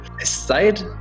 Aside